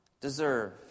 deserve